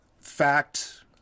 fact